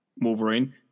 Wolverine